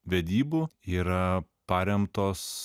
vedybų yra paremtos